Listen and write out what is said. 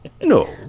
No